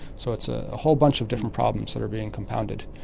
so it's a whole bunch of different problems that are being compounded,